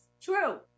true